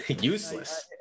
Useless